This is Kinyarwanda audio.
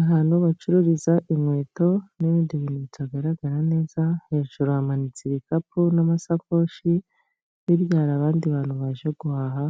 Ahantu bacururiza inkweto n'ibindi bintu bitagaragara neza, hejuru hamanitse ibikapu n'amasakoshi hirya hari abandi bantu baje guhaha